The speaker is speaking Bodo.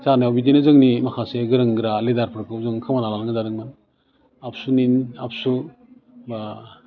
जानायाव बिदिनो जोंनि माखासे गोरों गोरा लिदारफोरखौ जों खोमाना लानो गोनां जादोंमोन आबसुनि आबसु बा